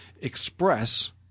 express